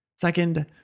Second